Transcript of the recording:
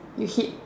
you hit